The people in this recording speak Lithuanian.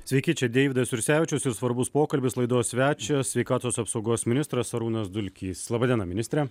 sveiki čia deividas jursevičius ir svarbus pokalbis laidos svečias sveikatos apsaugos ministras arūnas dulkys laba diena ministre